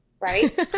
right